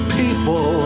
people